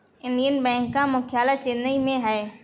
Indian bank का मुख्यालय चेन्नई में है